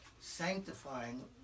sanctifying